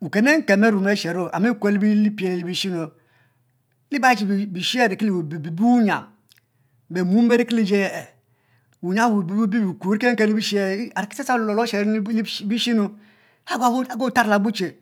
wuken enken arumo ashero ami kue nu lebishi nu liba che bishie ariki le bi be wuyiam be muom baiki lifi aye wuyiam ari ki ta lap lo lo ashero le bishi nu ayoun le abo che nyinu be chule le ji aya be chi be we mfenu